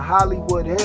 Hollywood